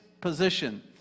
position